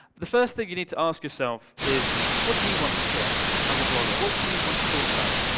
the first thing you need to ask yourself is what do do you want to share as a vlogger, what what do you want to talk about?